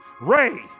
Ray